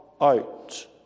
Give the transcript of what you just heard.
out